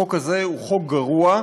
החוק הזה הוא חוק גרוע,